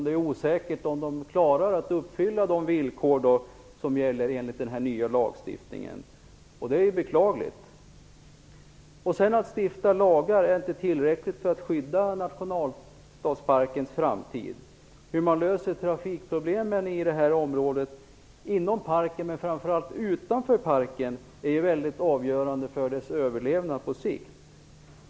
Det är osäkert om dessa klarar att uppfylla de villkor som gäller enligt den nya lagstiftningen. Det är beklagligt. Att stifta lagar är inte tillräckligt för att skydda nationalstadsparkens framtid. Det som är avgörande för parkens överlevnad på sikt är hur trafikproblemen i området skall lösas, inom parken men framför allt utanför parken.